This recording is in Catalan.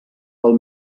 pel